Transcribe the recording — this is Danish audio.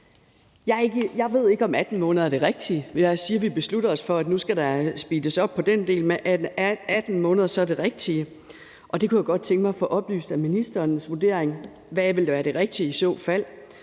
Jeg ved ikke, om 18 måneder er det rigtige. Lad os sige, at vi beslutter os for, at nu skal der speedes op på den del, men er 18 måneder så det rigtige? Det kunne jeg godt tænke mig at få belyst og få ministerens vurdering af. Hvad vil i så fald